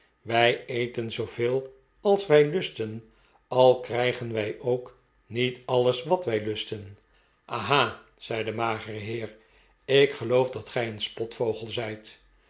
wij eten zoo veel als wij lusten al krijgen wij ook niet alles wat wij lusten aha zei de magere heer ik geloof dat gij een spotvogel zijt